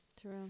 True